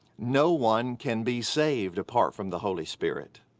no one can be saved apart from the holy spirit.